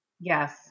Yes